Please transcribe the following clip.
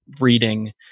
reading